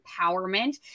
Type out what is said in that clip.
empowerment